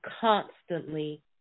constantly